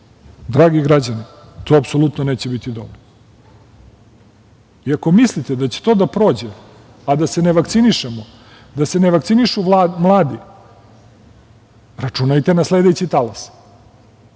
sve. Dragi građani, to apsolutno neće biti dovoljno i ako mislite da će to da prođe, a da se ne vakcinišemo, da se ne vakcinišu mladi, računajte na sledeći talas,